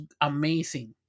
amazing